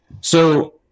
So-